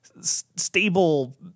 stable